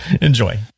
Enjoy